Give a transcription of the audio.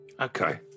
Okay